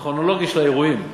כרונולוגיה של האירועים: